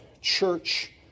church